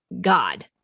God